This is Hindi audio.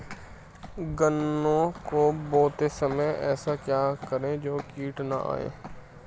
गन्ने को बोते समय ऐसा क्या करें जो कीट न आयें?